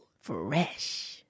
Fresh